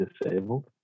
disabled